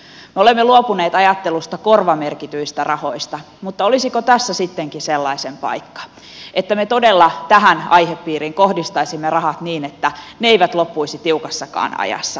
me olemme luopuneet ajattelusta korvamerkityistä rahoista mutta olisiko tässä sittenkin sellaisen paikka että me todella tähän aihepiiriin kohdistaisimme rahat niin että ne eivät loppuisi tiukassakaan ajassa